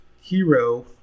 hero